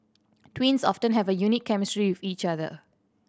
twins often have a unique chemistry with each other